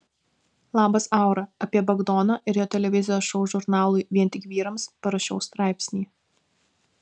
labas aura apie bagdoną ir jo televizijos šou žurnalui vien tik vyrams parašiau straipsnį